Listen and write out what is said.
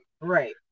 Right